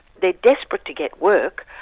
they're desperate to get work.